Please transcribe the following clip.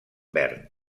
verd